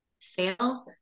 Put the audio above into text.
fail